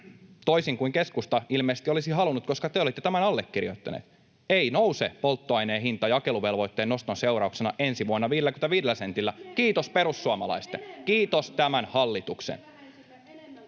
toisin kuin keskusta ilmeisesti olisi halunnut, koska te olitte tämän allekirjoittaneet. Ei nouse polttoaineen hinta jakeluvelvoitteen noston seurauksena ensi vuonna 55 sentillä, kiitos perussuomalaisten, kiitos tämän hallituksen.